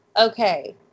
okay